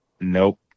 Nope